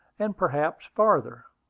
and perhaps farther.